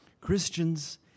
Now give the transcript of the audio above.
Christians